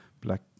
black